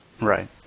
Right